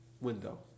Window